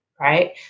right